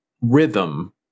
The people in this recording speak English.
rhythm